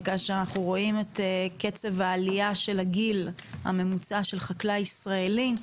כאשר אנחנו רואים את קצב העלייה של הגיל הממוצע של חקלאי ישראלי,